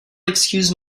excuse